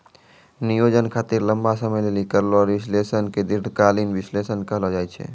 नियोजन खातिर लंबा समय लेली करलो विश्लेषण के दीर्घकालीन विष्लेषण कहलो जाय छै